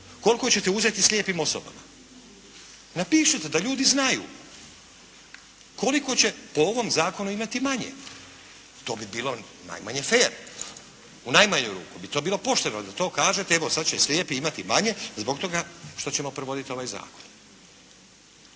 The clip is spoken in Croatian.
koliko ćete uzeti slijepim osobama. Napišite da ljudi znaju koliko će po ovom zakonu imati manje. To bi bilo najmanje fer. U najmanju ruku bi to bilo pošteno da to kažete, evo sad će slijepi imati manje zbog toga što ćemo provoditi ovaj zakon.